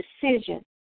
decision